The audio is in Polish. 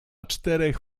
czterech